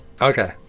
Okay